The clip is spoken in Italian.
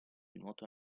nuoto